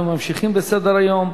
אנחנו ממשיכים בסדר-היום.